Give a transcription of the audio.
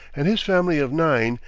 and his family of nine,